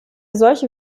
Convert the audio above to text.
solche